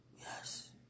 Yes